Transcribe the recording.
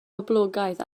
boblogaidd